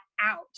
out